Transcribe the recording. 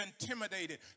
intimidated